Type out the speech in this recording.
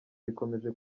rikomeje